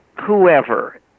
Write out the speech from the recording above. whoever